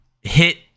Hit